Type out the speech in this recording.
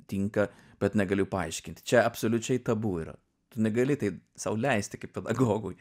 tinka bet negaliu paaiškint čia absoliučiai tabu yra tu negali tai sau leisti kaip pedagogui